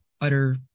utter